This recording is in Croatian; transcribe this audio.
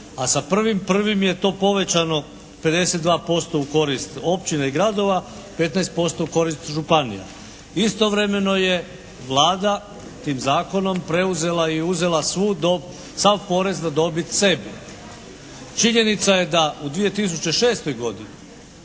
a sa 1.1. je to povećano 52% u korist općina i gradova, 15% u korist županija. Istovremeno je Vlada tim zakonom preuzela i uzela svu, sav porez na dobit sebi. Činjenica je da u 2006. godini